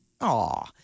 Aw